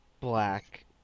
black